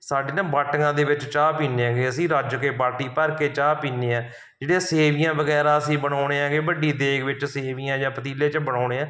ਸਾਡੇ ਨਾ ਬਾਟੀਆਂ ਦੇ ਵਿੱਚ ਚਾਹ ਪੀਂਦੇ ਹੈਗੇ ਅਸੀਂ ਰੱਜ ਕੇ ਬਾਟੀ ਭਰ ਕੇ ਚਾਹ ਪੀਂਦੇ ਹਾਂ ਜਿਹੜੀਆਂ ਸੇਵੀਆਂ ਵਗੈਰਾ ਅਸੀਂ ਬਣਾਉਂਦੇ ਹੈਗੇ ਵੱਡੀ ਦੇਗ ਵਿੱਚ ਸੇਵੀਆਂ ਜਾਂ ਪਤੀਲੇ 'ਚ ਬਣਾਉਂਦੇ ਹਾਂ